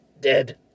dead